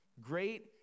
Great